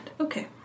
Okay